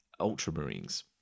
Ultramarines